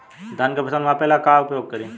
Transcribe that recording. धान के फ़सल मापे ला का उपयोग करी?